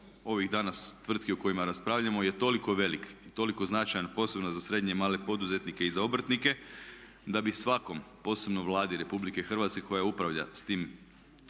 ovih danas tvrtki o kojima raspravljamo je toliko veliki i toliko značajan posebno za srednje i male poduzetnike i za obrtnike da bi svakom, posebno Vladi RH koja upravlja s tim